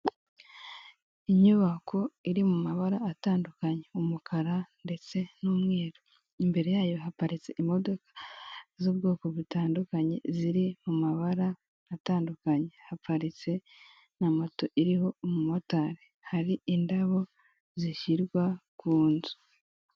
Inyubako iri mu mabara atandukanye umukara ndetse n'umweru, imbere yayo haparitse imodoka z'ubwoko butandukanye ziri mu mabara atandukanye, haparitse na moto iriho umumotari, hari indabo zishyirwa ku nzu.